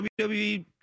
WWE